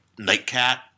Nightcat